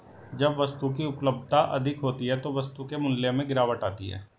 जब वस्तु की उपलब्धता अधिक होती है तो वस्तु के मूल्य में गिरावट आती है